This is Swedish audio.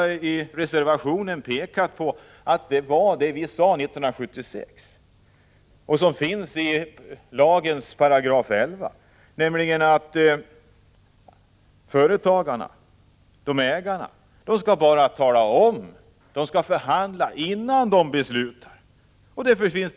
Vi har i reservationen pekat på att det blev som vi sade 1976 beträffande lagens 11 §. Företagarna— ägarna talar bara om för fackföreningarna vad de redan beslutat sig för att göra.